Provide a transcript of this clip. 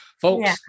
Folks